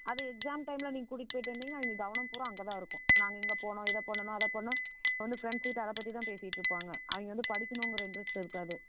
அதுவும் எக்ஸாம் டைமில் நீங்க கூட்டிகிட்டு போயிவிட்டு வந்திங்கன்னா அவங்க கவனம் பூரா அங்கே தான் இருக்கும் நாங்கள் இங்கே போனோம் இதை பண்ணுனோம் அதை பண்ணோம் வ வந்து ஃப்ரெண்ட்ஸுக்கிட்ட அதை பற்றி தான் பேசியிட்டுருப்பாங்க அவங்க வந்து படிக்கணுங்கிற இன்ட்ரெஸ்ட் இருக்காது